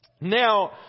Now